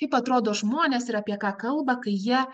kaip atrodo žmonės ir apie ką kalba kai jie